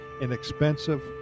inexpensive